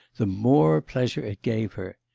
the more pleasure it gave her.